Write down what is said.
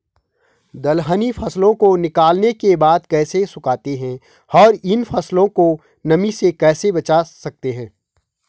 दलहनी फसलों को निकालने के बाद कैसे सुखाते हैं और इन फसलों को नमी से कैसे बचा सकते हैं?